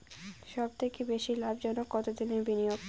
সবথেকে বেশি লাভজনক কতদিনের বিনিয়োগ?